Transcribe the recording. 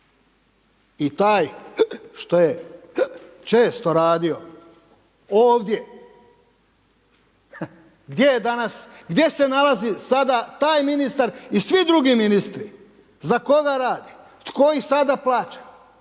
I taj što je često radio ovdje, gdje je danas, gdje se nalazi sada taj ministar i svi drugi ministri? Za koga rade? Tko ih sada plaća?